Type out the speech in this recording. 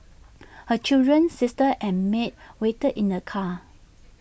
her children sister and maid waited in the car